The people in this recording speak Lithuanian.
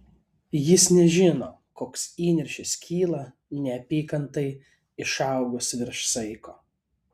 jis nežino koks įniršis kyla neapykantai išaugus virš saiko